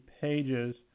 pages